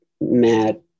mad